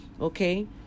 okay